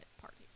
parties